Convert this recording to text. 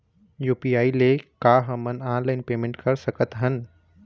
UPI से का हमन ऑनलाइन पेमेंट कर सकत हन?